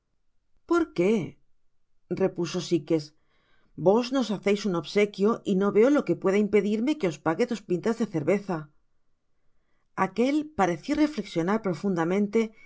ridicula porqué repuso sites vos nos haceis un obsequio y no veo lo que pueda impedirme que os pague dos pintas de cerveza aquel pareció reflecsionar profundamente